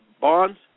bonds